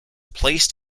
placed